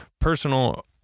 personal